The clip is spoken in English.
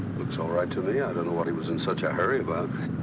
looks all right to me. i don't know what he was in such a hurry about.